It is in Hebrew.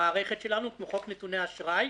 למערכת שלנו, כמו חוק נתוני אשראי,